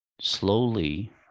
slowly